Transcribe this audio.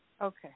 Okay